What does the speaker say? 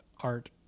art